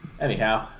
Anyhow